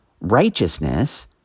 righteousness